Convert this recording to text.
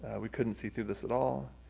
and we couldn't see through this at all.